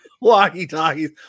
walkie-talkies